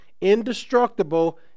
indestructible